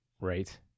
Right